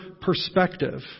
perspective